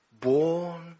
born